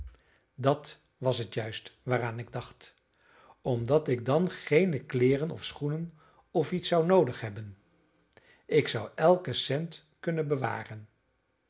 dat was het juist waaraan ik dacht omdat ik dan geene kleeren of schoenen of iets zou noodig hebben ik zou elken cent kunnen bewaren